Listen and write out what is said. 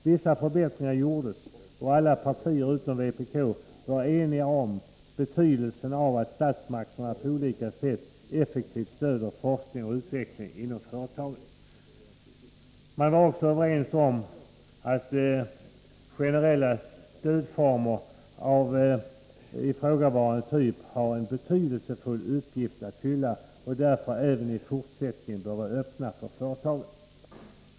Vissa förbättringar gjordes, och alla partier utom vpk var eniga om betydelsen av att statsmakterna på olika sätt effektivt stöder forskning och utveckling inom företagen. Man var också överens om att generella stödformer av ifrågavarande typ har en betydelsefull uppgift att fylla och därför även i fortsättningen bör vara öppna för företagen.